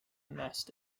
nest